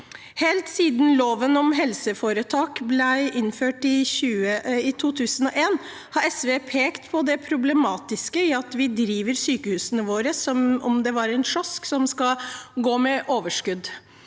Helt siden loven om helseforetak ble innført i 2001, har SV pekt på det problematiske i at vi driver sykehusene våre som om de var kiosker som skal gå med overskudd.